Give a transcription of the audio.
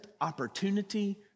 opportunity